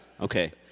Okay